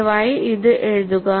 ദയവായി ഇത് എഴുതുക